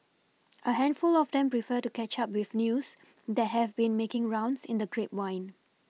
a handful of them prefer to catch up with news that have been making rounds in the grapevine